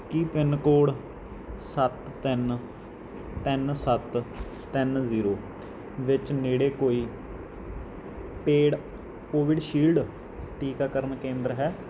ਕੀ pin code ਸੱਤ ਤਿੰਨ ਤਿੰਨ ਸੱਤ ਤਿੰਨ ਜ਼ੀਰੋ ਵਿੱਚ ਨੇੜੇ ਕੋਈ ਪੇਡ ਕੋਵਿਡਸ਼ਿਲਡ ਟੀਕਾਕਰਨ ਕੇਂਦਰ ਹੈ